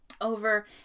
over